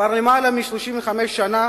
כבר יותר מ-35 שנה